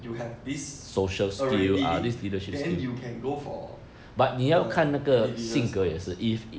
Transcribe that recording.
you have these already then you can go for the individual sk~